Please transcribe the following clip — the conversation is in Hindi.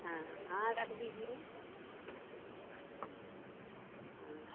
हाँ हाँ रख दीजिए हाँ